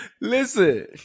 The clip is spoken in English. Listen